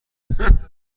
شود